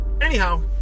anyhow